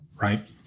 right